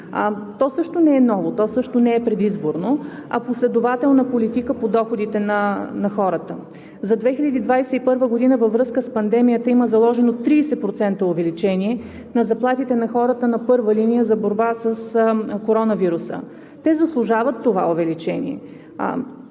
То също не е ново, също не е предизборно, а последователна политика по доходите на хората. За 2021 г. във връзка с пандемията има заложено 30%-но увеличение на заплатите на хората на първа линия за борба с коронавируса. Те заслужават това увеличение.